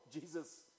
Jesus